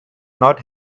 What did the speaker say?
not